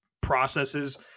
processes